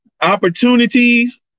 Opportunities